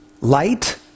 Light